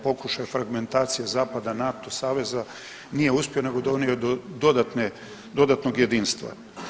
Pokušaj fragmentacije zapada, NATO saveza nije uspio nego donio dodatne, dodatnog jedinstva.